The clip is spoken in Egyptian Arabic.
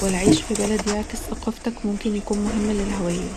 والعيش في بلد يعكس ثقافتك ممكن يكون مهم للهوية